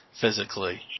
physically